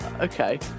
okay